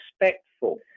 respectful